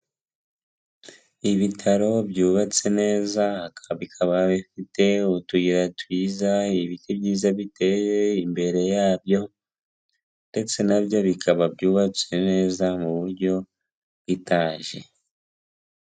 Ibitaro byubatse neza bikaba bifite utuyira twiza, ibiti byiza biteye imbere yabyo, ndetse nabyo bikaba byubatswe neza mu buryo bw'itaje.